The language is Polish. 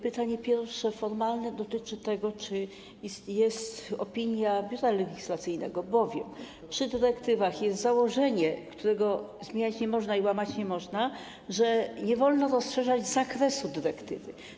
Pytanie pierwsze, formalne, dotyczy tego, czy jest opinia Biura Legislacyjnego, bowiem przy dyrektywach jest założenie, którego zmieniać i łamać nie można: nie wolno rozszerzać zakresu dyrektywy.